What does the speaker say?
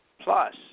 Plus